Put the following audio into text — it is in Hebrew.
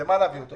למה להביא אותו?